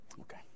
Okay